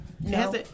No